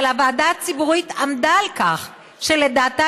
אבל הוועדה הציבורית עמדה על כך שלדעתה